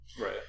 Right